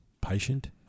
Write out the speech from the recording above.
patient